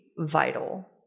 vital